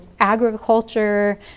agriculture